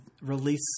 release